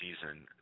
season